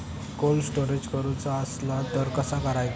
Cold storage करूचा असला तर कसा करायचा?